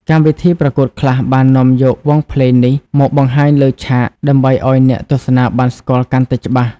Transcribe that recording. កម្មវិធីប្រកួតខ្លះបាននាំយកវង់ភ្លេងនេះមកបង្ហាញលើឆាកដើម្បីឲ្យអ្នកទស្សនាបានស្គាល់កាន់តែច្បាស់។